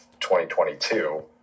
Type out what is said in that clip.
2022